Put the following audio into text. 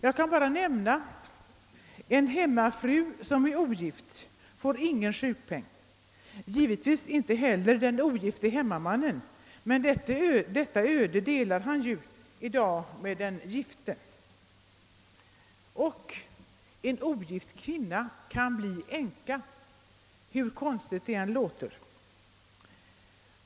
Jag kan bara nämna att en hemmafru som är ogift inte får någon sjukpenning, och givetvis inte heller den ogifte hemmamannen, men detta öde delar har ju med den gifte. En ogift kvinna kan bli änka, hur konstigt det än låter.